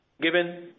given